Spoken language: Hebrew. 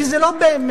כי זה לא באמת,